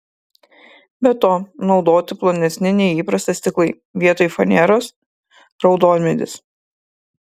be to naudoti plonesni nei įprasta stiklai vietoj faneros raudonmedis